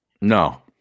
No